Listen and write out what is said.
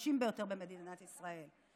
החלשים ביותר במדינת ישראל,